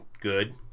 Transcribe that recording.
good